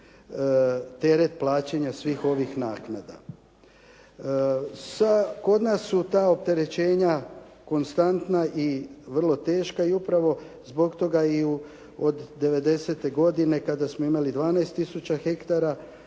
teret plaćanja svih ovih naknada. Kod nas su ta opterećenja konstantna i vrlo teška i upravo zbog toga i od '90. godine kada smo imali 12 tisuća hektara